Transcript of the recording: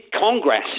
Congress